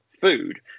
food